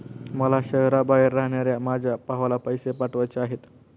मला शहराबाहेर राहणाऱ्या माझ्या भावाला पैसे पाठवायचे आहेत